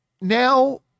now